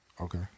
Okay